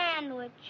sandwich